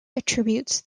attributes